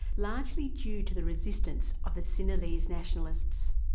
largely due to the resistance of the sinhalese nationalists.